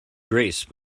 grace